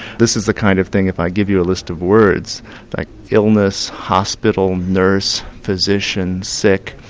this is the kind of thing if i give you a list of words like illness, hospital, nurse, physician, sick.